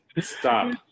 stop